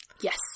Yes